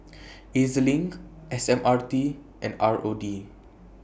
E Z LINK S M R T and R O D